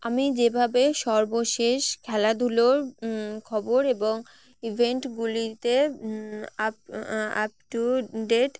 আমি যেভাবে সর্বশেষ খেলাধুলোর খবর এবং ইভেন্টগুলিতে আপ আপ টু ডেট